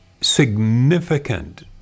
significant